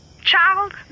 Child